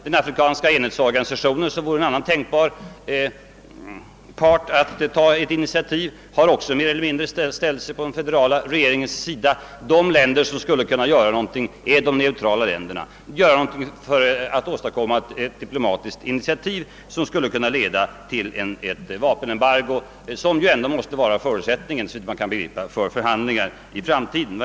Den afrikanska enhetsorganisationen, som vore en annan part som kunde tänkas ta ett initiativ, har också mer eller mindre ställt sig på den federala sidan. De länder som skulle kunna göra någonting är de neutrala. De skulle kanske kunna åstadkomma ett diplomatiskt initiativ, som ledde till ett vapenembargo, vilket väl måste vara förutsättningen för förhandlingar i framtiden.